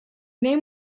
name